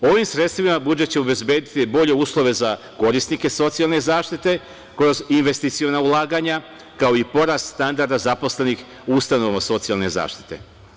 Ovim sredstvima budžet će obezbediti bolje uslove za korisnike socijalne zaštite kroz investiciona ulaganja, kao i porast standarda zaposlenih u ustanovama socijalne zaštite.